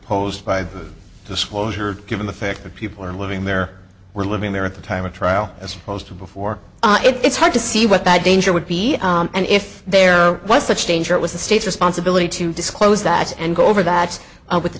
posed by disclosure given the fact that people were living there were living there at the time of trial as opposed to before it's hard to see what that danger would be and if there was such danger it was the state's responsibility to disclose that and go over that with the